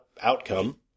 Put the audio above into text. outcome